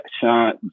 Sean